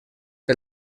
per